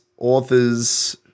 authors